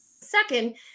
Second